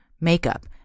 makeup